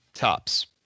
Tops